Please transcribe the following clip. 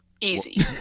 Easy